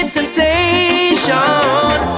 Sensation